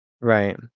Right